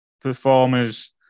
performers